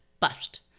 bust